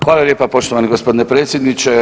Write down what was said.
Hvala lijepa poštovani gospodine predsjedniče.